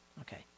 Okay